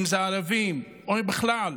אם זה ערבים או בכלל,